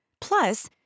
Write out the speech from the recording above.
Plus